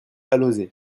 alauzet